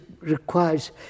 requires